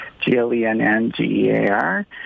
G-L-E-N-N-G-E-A-R